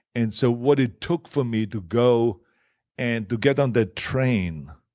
and so what it took for me to go and to get on that train,